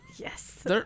Yes